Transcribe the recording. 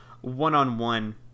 one-on-one